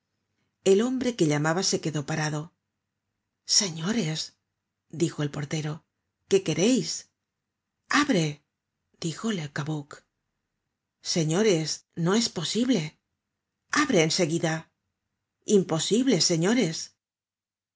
el hombre que llamaba se quedó parado señores dijo el portero qué quereis abre dijo le cabuc señores eso no es posible abre en seguida imposible señores